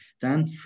Dan